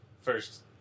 first